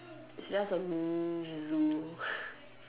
it just a mini room